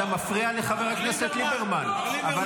אתה מפריע לחבר הכנסת ליברמן.